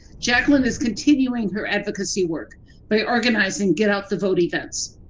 jaclyn is continuing her advocacy work by organizing get out the vote events.